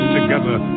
together